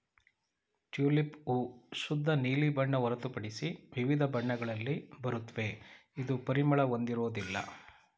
tulip ಹೂ ಶುದ್ಧ ನೀಲಿ ಬಣ್ಣ ಹೊರತುಪಡಿಸಿ ವಿವಿಧ ಬಣ್ಣಗಳಲ್ಲಿ ಬರುತ್ವೆ ಇದು ಪರಿಮಳ ಹೊಂದಿರೋದಿಲ್ಲ